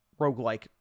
roguelike